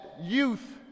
youth